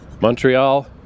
Montreal